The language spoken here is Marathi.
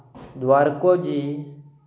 द्वारकोजी